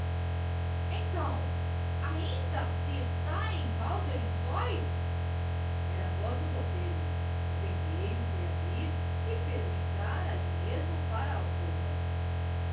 então ainda se está em val de lençóis era a voz do botelho o vendeiro foi abrir e fê-lo entrar ali mesmo para a alcova